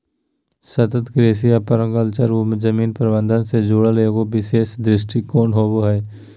सतत कृषि या पर्माकल्चर जमीन प्रबन्धन से जुड़ल एगो विशेष दृष्टिकोण होबा हइ